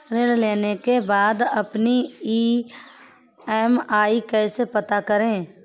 ऋण लेने के बाद अपनी ई.एम.आई कैसे पता करें?